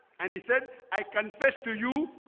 and he said i confess to you.